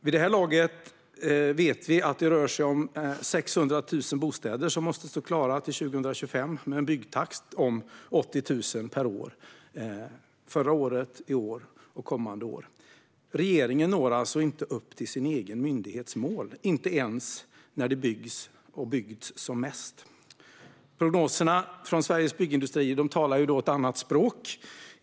Vid det här laget vet vi att det rör sig om 600 000 bostäder som måste stå klara till 2025 med en byggtakt om 80 000 per år - förra året, i år och kommande år. Regeringen når alltså inte upp till sin egen myndighets mål, inte ens när det byggs och har byggts som mest. Prognoserna från Sveriges Byggindustrier talar ett annat språk.